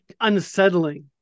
unsettling